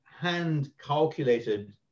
hand-calculated